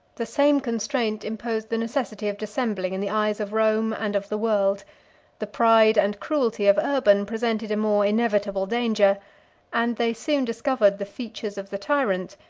the same constraint imposed the necessity of dissembling in the eyes of rome and of the world the pride and cruelty of urban presented a more inevitable danger and they soon discovered the features of the tyrant,